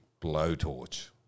blowtorch